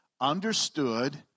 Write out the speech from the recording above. understood